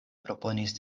proponis